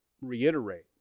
reiterate